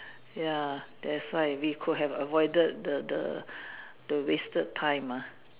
ya that's why we could have avoided the the the wasted time ah